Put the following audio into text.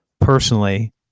personally